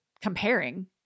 comparing